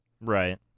Right